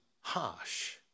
harsh